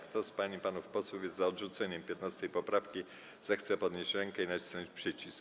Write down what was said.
Kto z pań i panów posłów jest za odrzuceniem 15. poprawki, zechce podnieść rękę i nacisnąć przycisk.